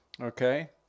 okay